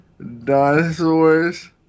dinosaurs